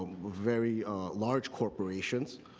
very large corporations